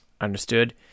Understood